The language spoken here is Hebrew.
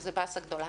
וזו באסה גדולה.